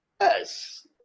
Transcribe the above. yes